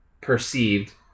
perceived